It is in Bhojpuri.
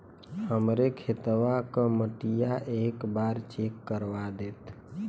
हमरे खेतवा क मटीया एक बार चेक करवा देत?